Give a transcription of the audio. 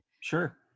Sure